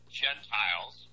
gentiles